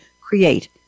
create